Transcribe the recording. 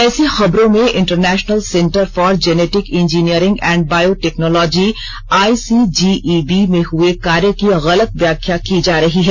ऐसी खबरों में international centre for genetic engineering and biotechnology ICGEB में हए कार्य की गलत व्याख्या की जा रही है